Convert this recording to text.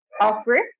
offer